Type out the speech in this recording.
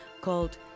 called